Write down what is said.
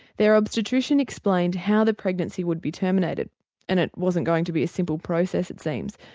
their obstetrician explained how the pregnancy would be terminated and it wasn't going to be a simple process it seems.